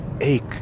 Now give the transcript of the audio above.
ache